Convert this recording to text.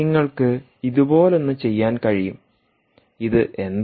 നിങ്ങൾക്ക് ഇതുപോലൊന്ന് ചെയ്യാൻ കഴിയും ഇത് എന്താണ്